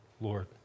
Lord